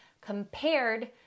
compared